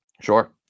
Sure